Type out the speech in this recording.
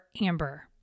Amber